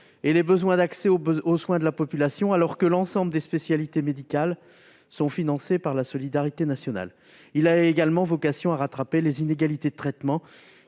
et les besoins d'accès aux soins de la population, alors que l'ensemble des spécialités médicales est financé par la solidarité nationale. Il a également vocation à rattraper les inégalités de traitement